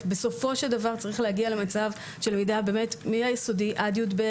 בסופו של דבר צריך להגיע למצב של למידה מהיסודי עד י"ב,